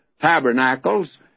Tabernacles